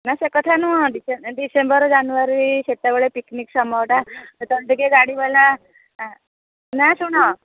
ନା ସେ କଥା ନୁହେଁ ଡିସେମ୍ବର ଜାନୁୟାରୀ ସେତେବେଳେ ପିକ୍ନିକ୍ ସମୟଟା ସେତେବେଳେ ଟିକିଏ ଗାଡ଼ିବାଲା ନା ଶୁଣ